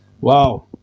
Wow